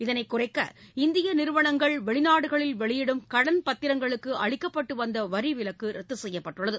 இதனை குறைக்கஇந்திய நிறுவனங்கள் வெளிநாடுகளில் வெளியிடும் கடன் பத்திரங்களுக்கு அளிக்கப்பட்டு வந்த வரிவிலக்கு ரத்து செய்யப்பட்டுள்ளது